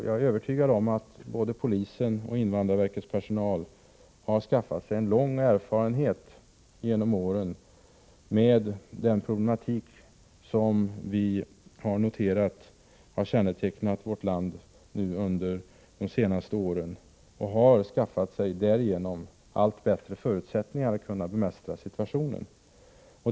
Jag är övertygad om att både polisens och invandrarverkets personal genom åren har skaffat sig en lång erfarenhet av den problematik som, enligt vad vi har noterat, i det här avseendet kännetecknat vårt land under de senaste åren och att de därigenom har skaffat sig allt bättre förutsättningar att bemästra situationen.